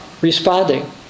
responding